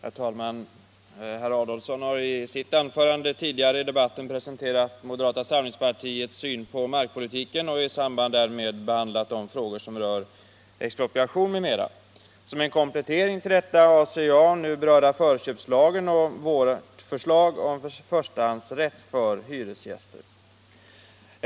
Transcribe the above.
Herr talman! Herr Adolfsson har i sitt anförande tidigare i debatten presenterat moderata samlingspartiets syn på markpolitiken och i samband därmed behandlat de frågor som rör expropriation m.m. Som en komplettering till detta avser jag att beröra förköpslagen och våra förslag om förstahandsrätt för hyresgäster.